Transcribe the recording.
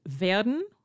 werden